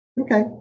Okay